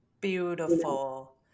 Beautiful